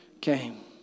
came